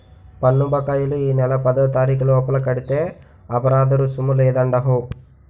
పన్ను బకాయిలు ఈ నెల పదోతారీకు లోపల కడితే అపరాదరుసుము లేదండహో